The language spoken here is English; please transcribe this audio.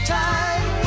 time